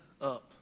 up